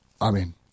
Amen